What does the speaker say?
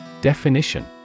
Definition